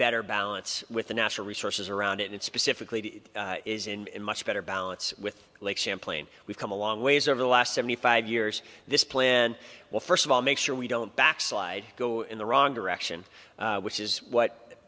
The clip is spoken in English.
better balance with the natural resources around it and specifically is in much better balance with lake champlain we've come a long ways over the last seventy five years this plan well first of all make sure we don't backslide go in the wrong direction which is what